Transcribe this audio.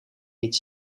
niet